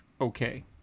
okay